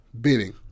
bidding